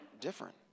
different